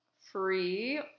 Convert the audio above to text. free